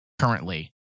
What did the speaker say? currently